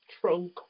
trunk